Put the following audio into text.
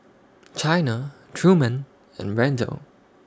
Chyna Truman and Randel